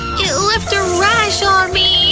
it left a rash on me